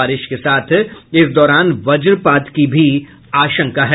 बारिश के साथ इस दौरान वज्रपात की भी आशंका है